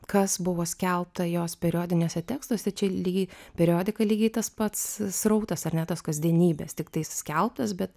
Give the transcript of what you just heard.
kas buvo skelbta jos periodiniuose tekstuose čia lygiai periodika lygiai tas pats srautas ar ne tos kasdienybės tiktais skelbtas bet